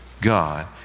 God